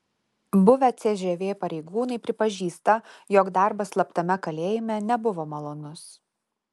buvę cžv pareigūnai pripažįsta jog darbas slaptame kalėjime nebuvo malonus